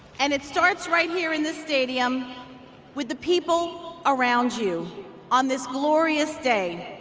and it starts right here in the stadium with the people around you on this glorious day,